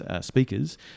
speakers